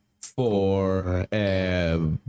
forever